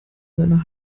seiner